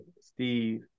Steve